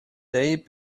day